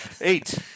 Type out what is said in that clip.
Eight